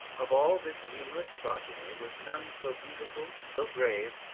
of all this numerous progeny was none so beautiful, so brave,